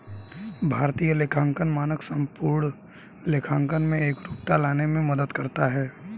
भारतीय लेखांकन मानक संपूर्ण लेखांकन में एकरूपता लाने में मदद करता है